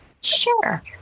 sure